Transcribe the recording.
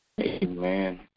Amen